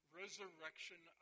resurrection